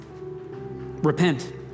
repent